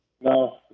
No